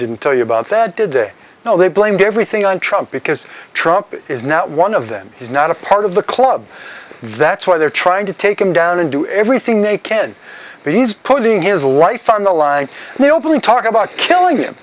didn't tell you about that did they know they blamed everything on trump because trump is not one of them he's not a part of the club that's why they're trying to take him down and do everything they can but he's putting his life on the line now openly talk about killing